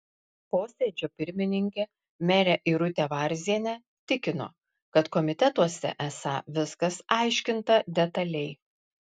posėdžio pirmininkė merė irutė varzienė tikino kad komitetuose esą viskas aiškinta detaliai